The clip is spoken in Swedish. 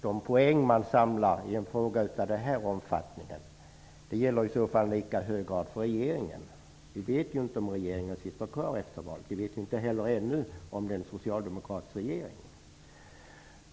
De poäng som samlas i en fråga av den här omfattningen gäller i så fall i lika hög grad för regeringen. Och vi vet ju inte om regeringen sitter kvar efter valet. Vi vet heller ännu inte om det blir en socialdemokratisk regering.